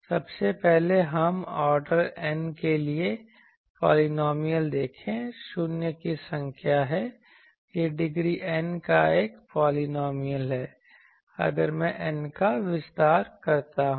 सबसे पहले हमें ऑर्डर n के इस पॉलिनॉमियल देखें शून्य की संख्या है यह डिग्री N का एक पॉलिनॉमियल है अगर मैं N का विस्तार करता हूं